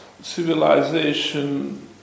civilization